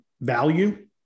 value